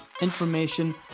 information